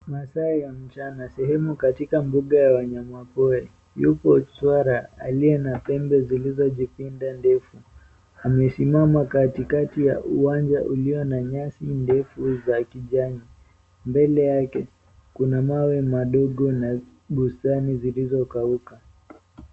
Masaa ya mchana, sehemu katika mbuga ya wanyama pori yuko swara aliye na ppembe zilizojipinda ndefu amesimama katikati ya uwanja ulio na nyasi ndefu za kijani, mbele yake kuna mawe madogo na bustani zilizo kauka.